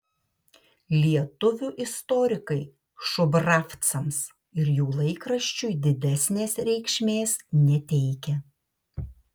lietuvių istorikai šubravcams ir jų laikraščiui didesnės reikšmės neteikia